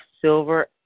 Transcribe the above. silver